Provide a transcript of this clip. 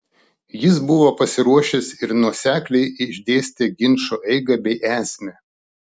jis buvo pasiruošęs ir nuosekliai išdėstė ginčo eigą bei esmę